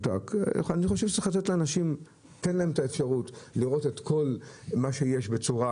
אני חושב שצריך לתת לאנשים לראות את האפשרות של כל מה שיש בצורה